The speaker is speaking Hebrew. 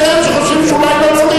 יש כאלה שחושבים שאולי לא צריך,